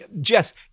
Jess